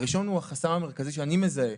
הראשון הוא החסם המרכזי שאני מזהה